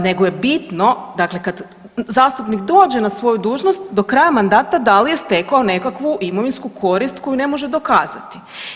Nego je bitno, dakle kad zastupnik dođe na svoju dužnost, do kraja mandata da li je stekao nekakvu imovinsku korist koju ne može dokazati.